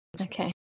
Okay